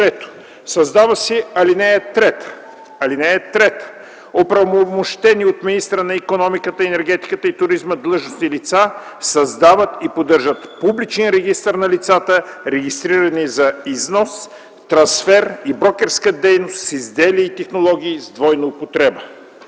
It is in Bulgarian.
Създава се ал. 3: „(3) Оправомощени от министъра на икономиката, енергетиката и туризма длъжностни лица създават и поддържат публичен регистър на лицата, регистрирани за износ, трансфер и брокерска дейност с изделия и технологии с двойна употреба.”